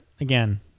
again